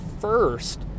first